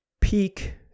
peak